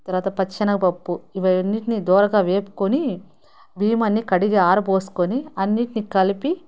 తర్వాత పచ్చి శనగపప్పు ఇవన్నిటిని దోరగా వేపుకొని బియ్యం అన్ని కడిగి ఆరబోసుకొని అన్నిటిని కలిపి